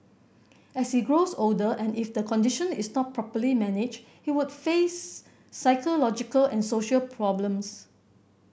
as he grows older and if the condition is not properly managed he could face psychological and social problems